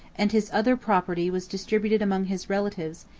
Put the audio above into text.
and his other property was distributed among his relatives,